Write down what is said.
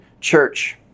church